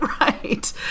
Right